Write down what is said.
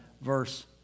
verse